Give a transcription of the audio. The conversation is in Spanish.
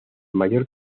mayor